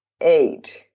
eight